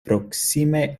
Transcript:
proksime